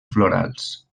florals